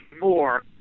more